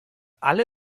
alle